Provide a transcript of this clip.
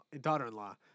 daughter-in-law